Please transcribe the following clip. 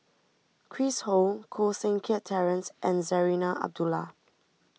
Chris Ho Koh Seng Kiat Terence and Zarinah Abdullah